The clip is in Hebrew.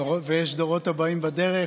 ויש דורות הבאים בדרך,